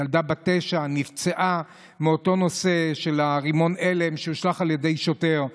ילדה בת תשע נפצעה מאותו רימון ההלם שהושלך על ידי שוטר.